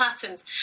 patterns